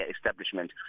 establishment